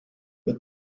mit